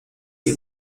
sie